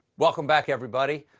welcome back, everybody.